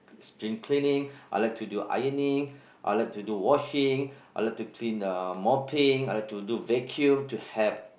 spring cleaning I like to do ironing I like to do washing I like to clean uh mopping I like to do vacuum to help